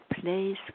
place